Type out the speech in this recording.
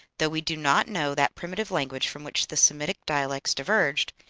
though we do not know that primitive language from which the semitic dialects diverged,